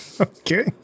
Okay